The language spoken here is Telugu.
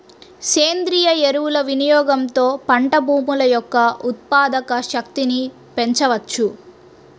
సేంద్రీయ ఎరువుల వినియోగంతో పంట భూముల యొక్క ఉత్పాదక శక్తిని పెంచవచ్చు